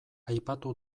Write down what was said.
aipatu